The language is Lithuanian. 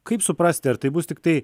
kaip suprasti ar tai bus tiktai